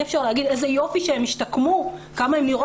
אי-אפשר להגיד איזה יופי שהן השתקמו ובעצמכן ליצור